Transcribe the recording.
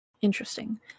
Interesting